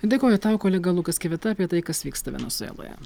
dėkoju tau kolega lukas kivita apie tai kas vyksta venesueloje